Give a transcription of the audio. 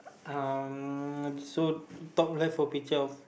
um so top left will be twelve